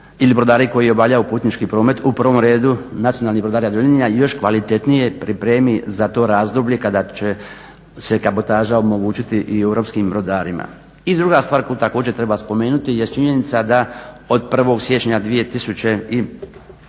ili brodari koji obavljaju putnički promet u prvom redu nacionalni brodar Jadrolinija još kvalitetnije pripremi za to razdoblje kada će se kabotaža omogućiti europskim brodarima. I druga stvar koju treba spomenuti jest činjenica da od 1.siječnja